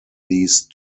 these